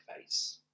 face